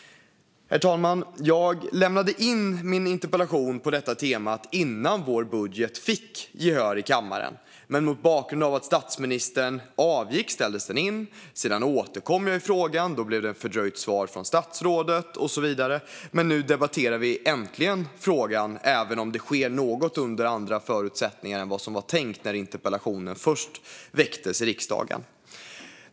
Herr talman! Jag lämnade in min interpellation på detta tema innan vår budget fick gehör i kammaren. Mot bakgrund av att statsministern avgick ställdes den in. Sedan återkom jag i frågan, och då blev det ett fördröjt svar från statsrådet och så vidare. Nu debatterar vi äntligen frågan, även om det sker under lite andra förutsättningar än vad som var tänkt när interpellationen först väcktes i riksdagen.